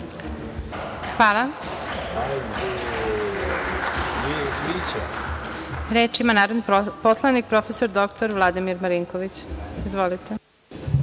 Hvala. Reč ima narodni poslanik profesor doktor Vladimir Marinković. Izvolite.